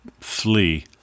flee